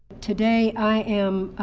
today i am